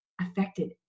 affected